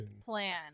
plan